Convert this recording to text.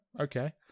Okay